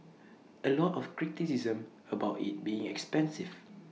A lot of criticism about IT being expensive